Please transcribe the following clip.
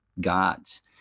gods